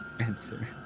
answer